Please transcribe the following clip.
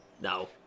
No